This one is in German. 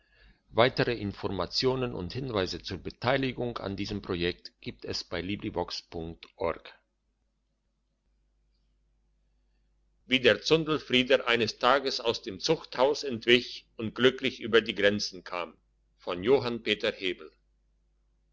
kann als man ertragen mag wie der zundelfrieder eines tages aus dem zuchthaus entwich und glücklich über die grenzen kam